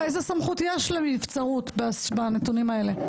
איזו סמכות יש לנבצרות בנתונים האלה?